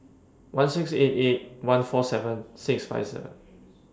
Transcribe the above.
one six eight eight one four seven six five seven